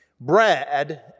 Brad